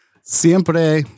Siempre